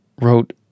wrote